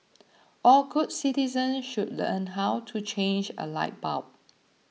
all good citizens should learn how to change a light bulb